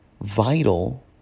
vital